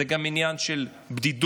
זה גם עניין של בידוד,